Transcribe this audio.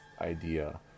idea